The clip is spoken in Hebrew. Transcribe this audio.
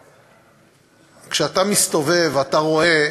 כשאתה מסתובב ואתה רואה,